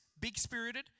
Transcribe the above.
big-spirited